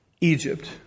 Egypt